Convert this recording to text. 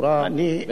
בינתיים,